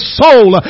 soul